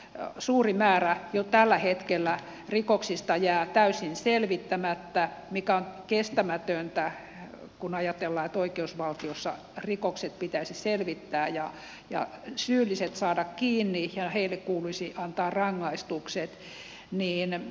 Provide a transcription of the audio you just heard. ja todella jo tällä hetkellä suuri määrä rikoksista jää täysin selvittämättä mikä on kestämätöntä kun ajatellaan että oikeusvaltiossa rikokset pitäisi selvittää ja syylliset saada kiinni ja heille kuuluisi antaa rangaistukset